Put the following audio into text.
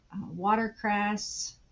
watercress